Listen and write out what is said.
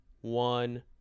one